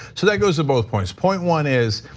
so that goes to both points. point one is,